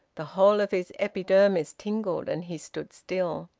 the whole of his epidermis tingled, and he stood still.